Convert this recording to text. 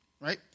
Right